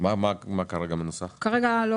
מה הנוסח כרגע?